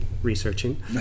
Researching